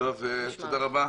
תודה רבה,